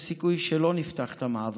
יש סיכוי שלא נפתח את המעבר.